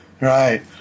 Right